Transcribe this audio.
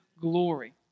glory